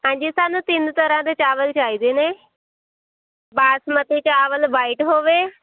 ਹਾਂਜੀ ਸਾਨੂੰ ਤਿੰਨ ਤਰ੍ਹਾਂ ਦੇ ਚਾਵਲ ਚਾਹੀਦੇ ਨੇ ਬਾਸਮਤੀ ਚਾਵਲ ਵਾਈਟ ਹੋਵੇ